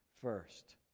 first